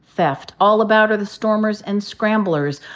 theft. all about are the stormers and scramblers,